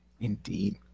Indeed